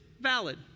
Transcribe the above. valid